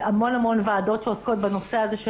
המון המון ועדות שעוסקות בנושא הזה,